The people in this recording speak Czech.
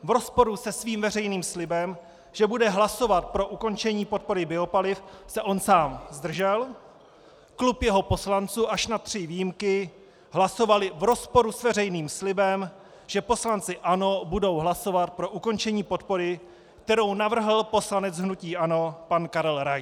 V rozporu se svým veřejným slibem, že bude hlasovat pro ukončení podpory biopaliv, se on sám zdržel, klub jeho poslanců až na tři výjimky hlasoval v rozporu s veřejným slibem, že poslanci ANO budou hlasovat pro ukončení podpory, kterou navrhl poslanec hnutí ANO pan Karel Rais.